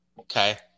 Okay